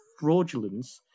fraudulence